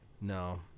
No